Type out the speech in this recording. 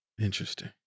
Interesting